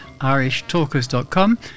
IrishTalkers.com